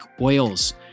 oils